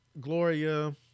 Gloria